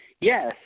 Yes